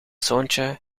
zoontje